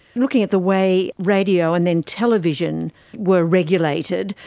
looking at the way radio and then television were regulated,